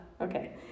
Okay